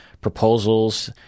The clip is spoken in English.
proposals